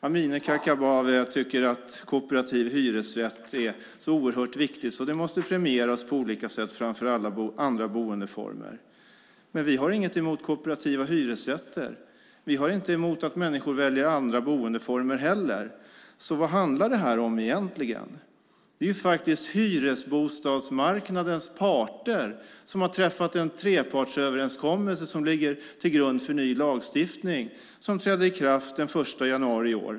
Amineh Kakabaveh tycker att kooperativ hyresrätt är så oerhört viktig att den måste premieras på olika sätt framför andra boendeformer. Vi har inget emot kooperativa hyresrätter. Vi har heller inget emot att människor väljer andra boendeformer. Så vad handlar det här om egentligen? Det är faktiskt hyresbostadsmarknadens parter som har träffat en trepartsöverenskommelse som ligger till grund för en ny lagstiftning som trädde i kraft den 1 januari i år.